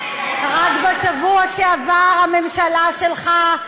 רק בשבוע שעבר הממשלה שלך,